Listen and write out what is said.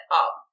up